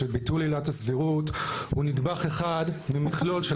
שביטול עילת הסבירות הוא נדבך אחד ממכלול של